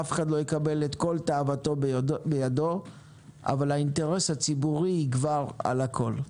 אף אחד לא יקבל את כל תאוותו בידו אבל האינטרס הציבורי יגבר על הכול.